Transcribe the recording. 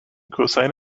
cosine